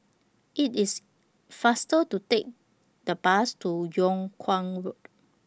IT IS faster to Take The Bus to Yung Kuang Road